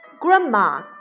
Grandma